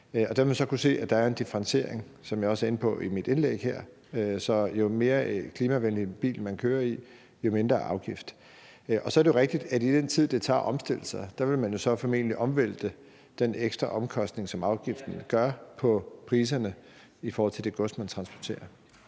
der vil man kunne se, at der er en differentiering, som jeg også var inde på i min besvarelse her. Så jo mere klimavenlig en bil man kører i, jo mindre er afgiften. Så er det jo rigtigt, at i den tid, det tager at omstille sig, vil man formentlig overvælte den ekstra omkostning, som afgiften vil udgøre, på priserne i forhold til det gods, man transporterer.